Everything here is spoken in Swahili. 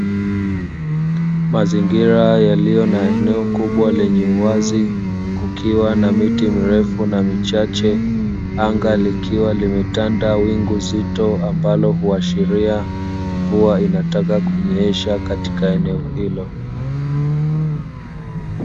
Mazingira yaliyo na eneo kubwa lenye uwazi kukiwa na miti mirefu na michache, anga likiwa limetanda wingu zito ambalo huashiria mvua inataka kunyesha katika eneo hilo.